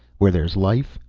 where there's life,